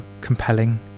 compelling